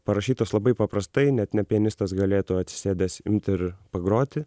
parašytos labai paprastai net ne pianistas galėtų atsisėdęs imti ir pagroti